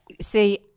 See